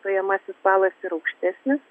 stojamasis balas ir aukštesnis